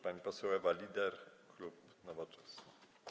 Pani poseł Ewa Lieder, klub Nowoczesna.